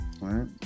Right